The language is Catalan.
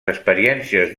experiències